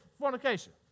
fornication